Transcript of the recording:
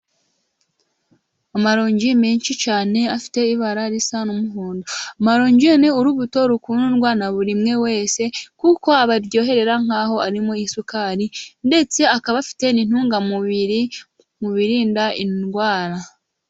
Amaronji menshi cyane afite ibara risa n'umuhondo, amaronji ni urubuto rukundwa na buri umwe wese kuko abaryohera nk'arimo isukari ndetse akaba afite n'intungamubiri mu birinda indwara.